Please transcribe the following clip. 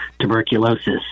tuberculosis